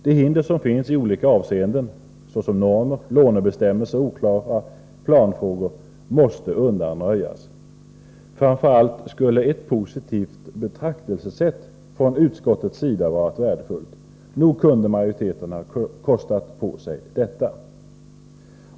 De hinder som finns i olika avseenden, såsom normer, lånebestämmelser och oklara planfrågor måste undanröjas. Framför allt skulle ett positivt betraktelsesätt från utskottets sida ha varit värdefullt. Nog kunde majoriteten ha kostat på sig detta.